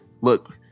look